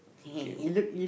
kay O